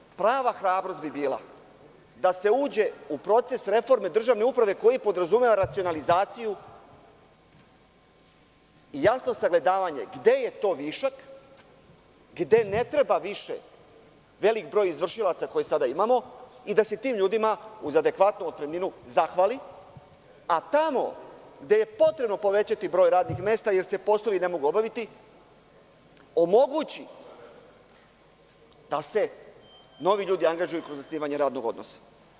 Verujte, prava hrabrost bi bila da se uđe u proces reforme državne uprave koji podrazumeva racionalizaciju i jasno sagledavanje gde je to višak, gde ne treba više veliki broj izvršilaca koji sada imamo i da se tim ljudima uz adekvatnu otpremninu zahvali, a tamo gde je potrebno povećati broj radnih mesta, jer se poslovi ne mogu obaviti omogući da se novi ljudi angažuju kroz zasnivanje radnog odnosa.